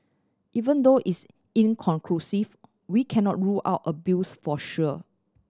even though it's inconclusive we cannot rule out abuse for sure